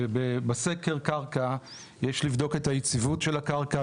ובסקר קרקע יש לבדוק את היציבות של הקרקע.